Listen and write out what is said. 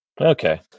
Okay